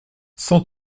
cent